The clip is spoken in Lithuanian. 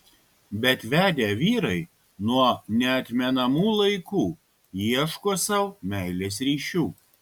bet vedę vyrai nuo neatmenamų laikų ieško sau meilės ryšių